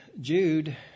Jude